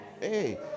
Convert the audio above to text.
Hey